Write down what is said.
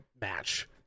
match